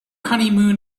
honeymoon